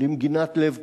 למגינת לב כולנו,